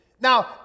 Now